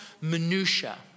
minutiae